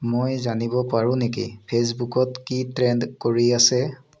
মই জানিব পাৰোঁ নেকি ফেচবুকত কি ট্ৰেণ্ড কৰি আছে